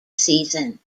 season